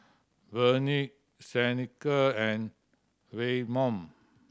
Vernie Seneca and Waymon